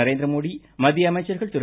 நரேந்திர மோடி மத்திய அமைச்சர்கள் திரு